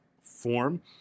form